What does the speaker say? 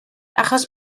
achos